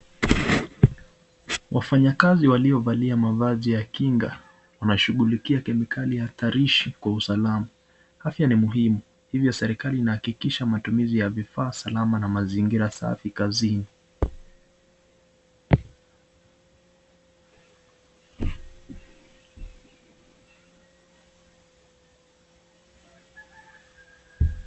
Wafanyakazi waliovalia mavazi ya kinga wanashughulikia chemikali hatarishi kwa usalama. Afya ni muhimu hivi serikali inahakikisha matumizi ya vifaa salama na mazingira safi kazini.